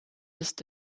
ist